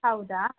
ಹೌದಾ